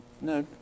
No